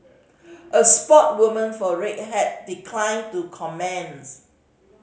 a for Red Hat declined to comments